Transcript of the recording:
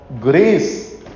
grace